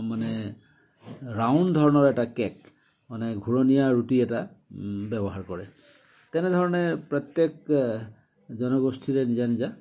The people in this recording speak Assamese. মানে ৰাউণ্ড ধৰণৰ এটা কেক মানে ঘূৰণীয়া ৰুটি এটা ব্য়ৱহাৰ কৰে তেনেধৰণে প্ৰত্য়েক জনগোষ্ঠীৰে নিজা নিজা